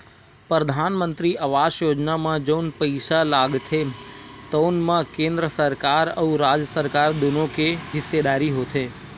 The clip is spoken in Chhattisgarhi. परधानमंतरी आवास योजना म जउन पइसा लागथे तउन म केंद्र सरकार अउ राज सरकार दुनो के हिस्सेदारी होथे